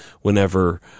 Whenever